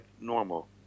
normal